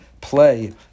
play